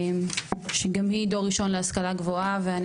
שגם היא דור ראשון להשכלה גבוהה.